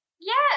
yes